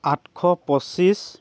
আঠশ পঁচিছ